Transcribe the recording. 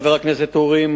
כ"ג בתמוז התשס"ט (15 ביולי 2009):